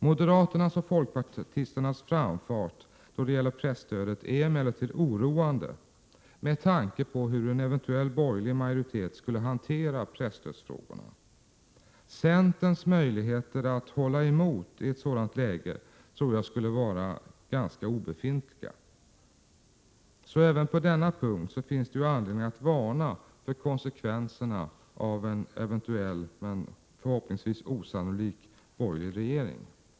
Moderaternas och folkpartisternas framfart då det gäller presstödet är emellertid oroande med tanke på hur en eventuell borgerlig majoritet skulle hantera presstödsfrågorna. Centerns möjligheter att hålla emot i ett sådant läge tror jag tyvärr skulle vara obefintliga. Även på denna punkt finns det alltså anledning att varna för konsekvenserna av en eventuell, men förhoppningsvis osannlik, borgerlig regering.